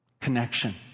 connection